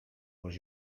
was